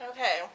Okay